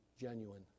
genuine